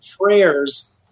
prayers